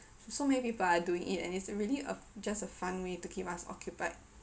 so many people are doing it and it's a really a just a fun way to keep us occupied